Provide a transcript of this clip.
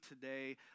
today